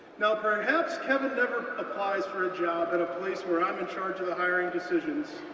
now perhaps kevin never applies for a job at a place where i'm in charge of the hiring decisions,